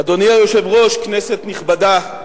אדוני היושב-ראש, כנסת נכבדה,